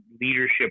leadership